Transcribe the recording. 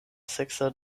seksa